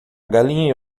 galinha